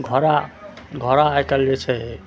घोड़ा घोड़ा आइकाल्हि जे छै